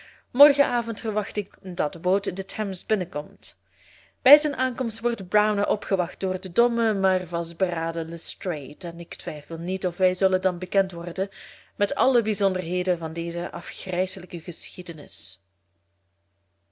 avond verwacht ik dat de boot de theems binnenkomt bij zijn aankomst wordt browner opgewacht door den dommen maar vastberaden lestrade en ik twijfel niet of wij zullen dan bekend worden met alle bijzonderheden van deze afgrijselijke geschiedenis